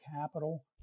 capital